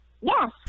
Yes